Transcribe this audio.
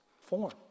form